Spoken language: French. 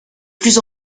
plus